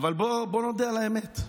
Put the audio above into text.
אבל בוא נודה על האמת,